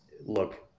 look